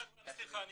אני